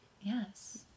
yes